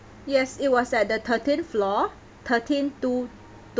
yes it was at the thirteenth floor thirteen two